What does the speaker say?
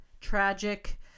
tragic